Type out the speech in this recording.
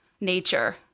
nature